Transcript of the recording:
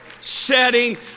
setting